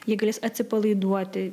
jie galės atsipalaiduoti